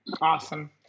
Awesome